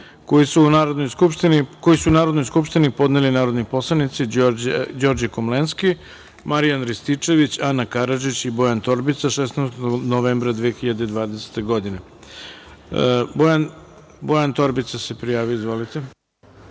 koji su Narodnoj skupštini podneli narodni poslanici Đorđe Komlenski, Marijan Rističević, Ana Karadžić i Bojan Torbica 16. novembra 2020. godine. Narodna poslanica Ana Karadžić ima reč.